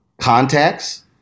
contacts